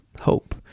hope